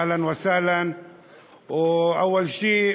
אהלן וסהלן (אומר בערבית: ראשית,